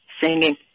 singing